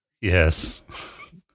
Yes